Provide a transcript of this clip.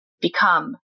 become